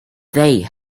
they